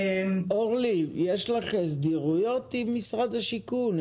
אורלי, יש לך תקשורת עם משרד השיכון?